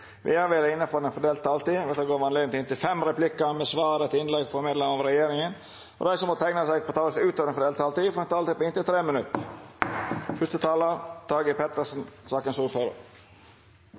Vidare vil det – innanfor den fordelte taletida – verta gjeve høve til inntil fem replikkar med svar etter innlegg frå medlemer av regjeringa, og dei som måtte teikna seg på talarlista utover den fordelte taletida, får ei taletid på inntil 3 minutt.